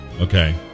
Okay